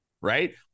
right